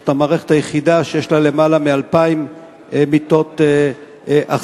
זאת המערכת היחידה שיש לה למעלה מ-2,000 מיטות אכסניה,